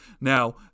Now